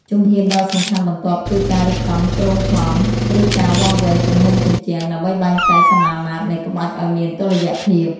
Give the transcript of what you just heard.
ជំហានដ៏សំខាន់បន្ទាប់គឺការរៀបចំគ្រោងប្លង់ ឬការវាស់វែងទំហំជញ្ជាំង ដើម្បីបែងចែកសមាមាត្រនៃក្បាច់ឱ្យមានតុល្យភាព។